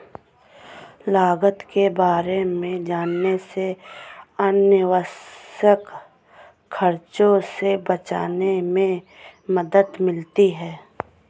लागत के बारे में जानने से अनावश्यक खर्चों से बचने में मदद मिलती है